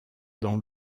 dans